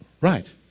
Right